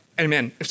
Amen